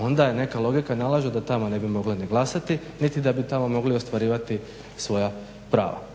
onda neka logika nalaže da tamo ne bi mogli ni glasati niti da bi tamo mogli ostvarivati svoja prava.